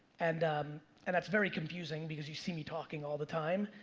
and um and that's very confusing because you see me talking all the time,